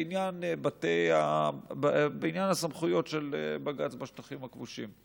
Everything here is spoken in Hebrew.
בעניין הסמכויות של בג"ץ בשטחים הכבושים.